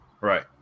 Right